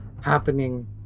happening